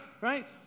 Right